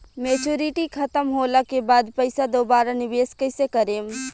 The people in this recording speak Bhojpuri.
मेचूरिटि खतम होला के बाद पईसा दोबारा निवेश कइसे करेम?